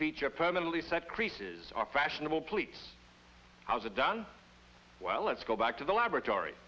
feature permanently set creases are fashionable pleats i was a done well let's go back to the laboratory